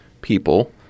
people